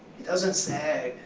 he doesn't say,